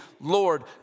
Lord